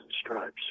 stripes